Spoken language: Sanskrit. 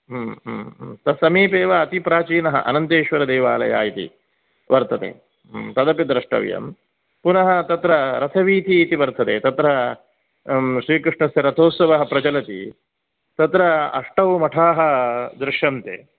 तत् समीपे एव अतिप्राचीनः अनन्तेश्वरदेवालय इति वर्तते तदपि द्रष्टव्यं पुनः तत्र रथवीथी इति वर्तते तत्र श्रीकृष्णस्य रथोत्सवः प्रचलति तत्र अष्टौ मठाः दृश्यन्ते